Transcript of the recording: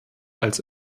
als